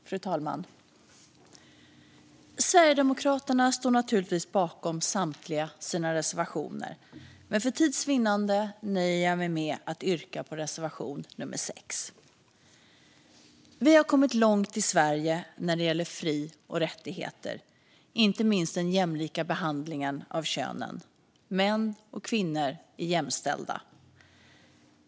Fru talman! Sverigedemokraterna står naturligtvis bakom samtliga sina reservationer, men för tids vinnande nöjer jag mig med att yrka bifall till reservation 6. Vi har kommit långt i Sverige när det gäller fri och rättigheter, inte minst när det gäller den jämlika behandlingen av könen. Män och kvinnor är jämställda.